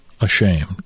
ashamed